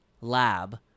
lab